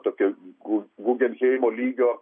tokio gu gugenheimo lygio